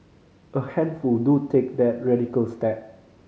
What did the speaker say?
a handful do take that radical step